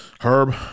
Herb